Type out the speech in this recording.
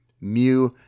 mu